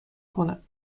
کند